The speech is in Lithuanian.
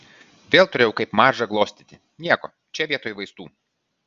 vėl turėjau kaip mažą glostyti nieko čia vietoj vaistų